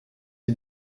est